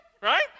right